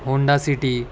Honda city